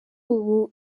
ubu